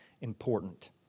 important